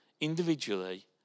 individually